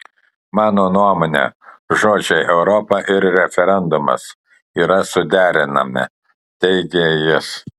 mano nuomone žodžiai europa ir referendumas yra suderinami teigė jis